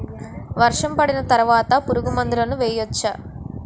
వర్షం పడిన తర్వాత పురుగు మందులను వేయచ్చా?